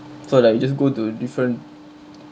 so like you just go to different